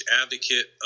advocate